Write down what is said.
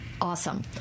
awesome